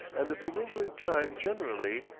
and a bewildering time generally,